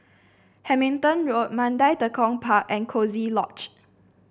Hamilton Road Mandai Tekong Park and Coziee Lodge